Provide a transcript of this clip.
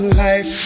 life